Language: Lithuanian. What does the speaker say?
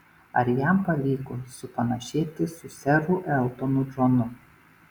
ar jam pavyko supanašėti su seru eltonu džonu